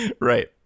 right